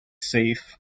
safe